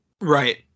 Right